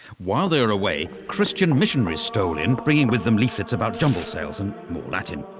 while they were away, christian missionaries stole in, bringing with them leaflets about jumble sales and more latin.